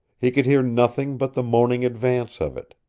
he could hear nothing but the moaning advance of it.